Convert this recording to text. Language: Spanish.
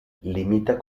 limita